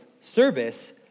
service